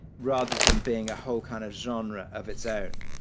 rather than being a whole kind of genre of its own.